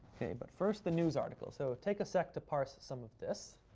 ok, but first the news article. so take a sec to parse some of this.